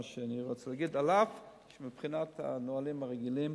מה שאני רוצה להגיד, אף שמבחינת הנהלים הרגילים